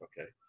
Okay